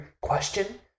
question